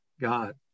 God